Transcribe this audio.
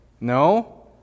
No